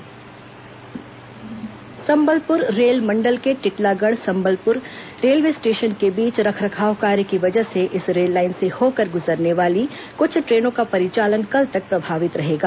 train परिचालन Sambalpur rail मंडल के टिटलागढ़ संबलपुर रेलवे स्टेशन के बीच रखरखाव कार्य की वजह से इस रेल लाईन से होकर गुजरने वाले कुछ ट्रेनों का परिचालन कल तक प्रभावित रहेगा